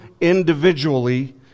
individually